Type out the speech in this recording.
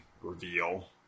reveal